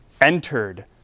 entered